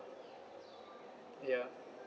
ya